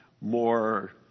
more